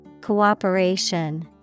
Cooperation